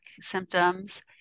symptoms